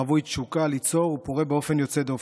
רווי תשוקה ליצור ופורה באופן יוצא דופן.